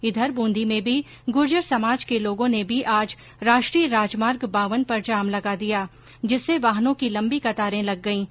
इधर बूंदी में भी गुर्जर समाज के लोगों ने भी आज राष्ट्रीय राजमार्ग बावन पर जाम लगा दिया जिससे वाहनों की लम्बी कतारें लग गईं